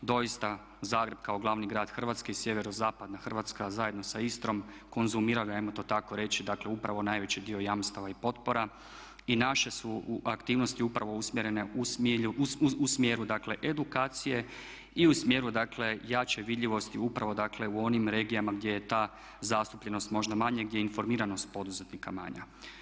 Doista Zagreb kao glavni grad Hrvatske i sjeverozapadna Hrvatska zajedno sa Istrom konzumira ga, ajmo to tako reći, dakle upravo najveći dio jamstava i potpora i naše su aktivnosti upravo usmjerene u smjeru dakle edukacije i u smjeru dakle jače vidljivosti upravo dakle u onim regijama gdje je ta zastupljenost možda manja, gdje je informiranost poduzetnika manja.